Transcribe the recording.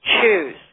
choose